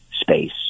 space